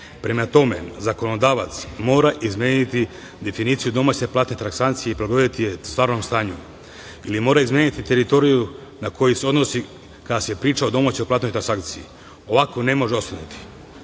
tome, zakonodavac mora izmeniti definiciju domaće platne transakcije i prilagoditi je stvarnom stanju ili mora izmeniti teritoriju na kojoj se odnosi kada se priča o domaćoj platnoj transakciji. Ovako ne može ostati. Ovom